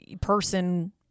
person